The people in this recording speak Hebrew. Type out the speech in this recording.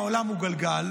העולם הוא גלגל,